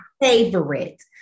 favorite